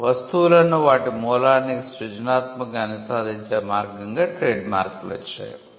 వస్తువులను వాటి మూలానికి సృజనాత్మకంగా అనుసంధానించే మార్గంగా ట్రేడ్మార్క్లు వచ్చాయి